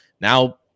now